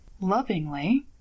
lovingly